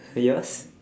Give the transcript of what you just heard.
yours